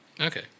Okay